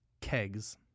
Kegs